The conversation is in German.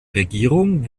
regierung